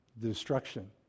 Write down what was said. Destruction